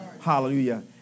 Hallelujah